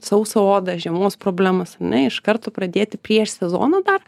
sausą odą žiemos problemas ane iš karto pradėti prieš sezoną dar